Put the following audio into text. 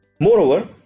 Moreover